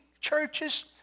churches